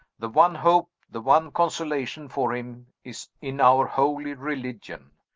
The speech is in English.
the one hope, the one consolation for him, is in our holy religion.